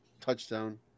touchdown